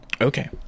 okay